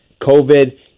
COVID